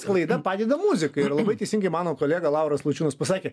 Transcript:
sklaida padeda muzikai ir labai teisingai mano kolega lauras lučiūnas pasakė